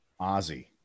Ozzy